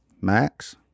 max